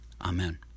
Amen